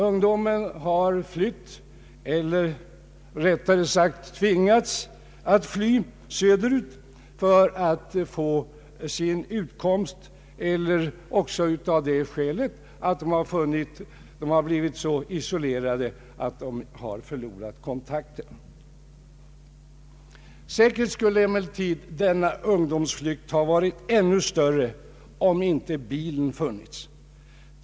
Ungdomarna har flytt — eller rättare sagt tvingats att fly — söderut för att få sin utkomst eller också av det skälet att de har blivit så isolerade att de förlorat kontakten med jämnåriga. Säkert skulle emellertid denna ungdomsflykt ha varit ännu större, om inte bilen funnits.